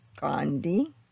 Gandhi